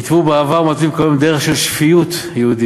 התוו בעבר ומתווים כל יום דרך של שפיות יהודית.